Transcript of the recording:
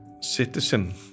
citizen